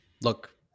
look